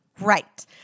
right